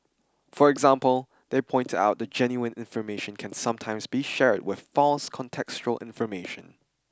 for example they pointed out that genuine information can sometimes be shared with false contextual information